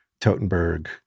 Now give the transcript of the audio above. Totenberg